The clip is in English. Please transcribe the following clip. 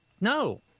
No